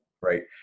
right